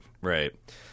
right